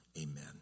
Amen